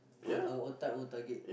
on our own time own target